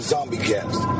ZombieCast